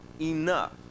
enough